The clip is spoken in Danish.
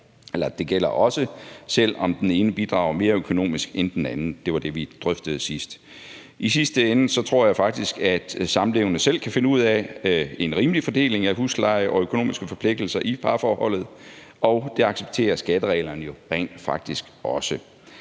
Det gælder også, selv om den ene bidrager mere økonomisk end den anden – det var det, vi drøftede sidst. I sidste ende tror jeg faktisk, at samlevende selv kan finde ud af en rimelig fordeling af husleje og økonomiske forpligtelser i parforholdet, og det accepterer skattereglerne jo rent faktisk også.